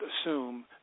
assume